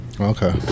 okay